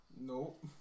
Nope